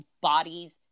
bodies